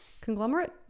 conglomerate